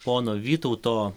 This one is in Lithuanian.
pono vytauto